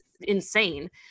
insane